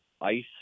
ice